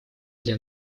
для